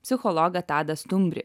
psichologą tadą stumbrį